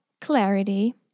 clarity